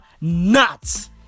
nuts